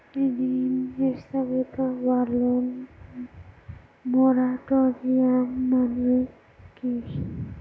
ঋণ স্থগিত বা লোন মোরাটোরিয়াম মানে কি?